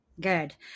Good